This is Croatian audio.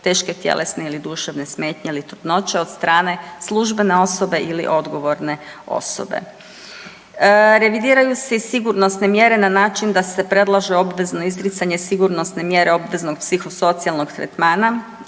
teške tjelesne ili duševne smetnje ili trudnoće od strane službene osobe ili odgovorne osobe. Revidiraju se i sigurnosne mjere na način da se predlaže obvezno izricanje sigurnosne mjere obveznog psihosocijalnog tretmana